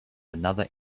another